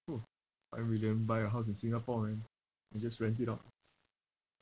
!woo! five million buy a house in singapore man and just rent it out